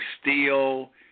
steel